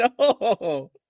no